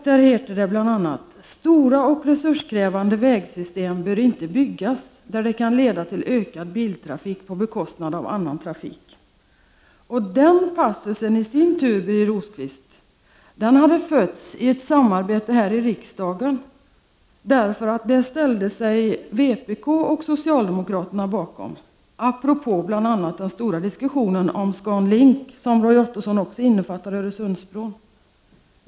Där heter det bl.a.: Stora och resurskrävande vägsystem bör inte byggas där de kan leda till ökad biltrafik på bekostnad av annan trafik. Den passusen i sin tur, Birger Rosqvist, hade fötts i ett samarbete här i riksdagen. Vpk och socialdemokraterna ställde sig bakom denna uppfattning apropå bl.a. den stora diskussionen om ScanLink, en diskussion som Roy Ottosson anser innefattar även Öresundsbron.